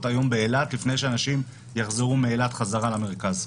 היום באילת לפני שאנשים יחזרו מאילת חזרה למרכז?